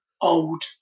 old